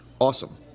awesome